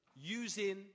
using